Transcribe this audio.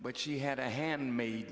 but she had a handmade